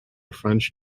french